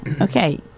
okay